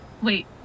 Wait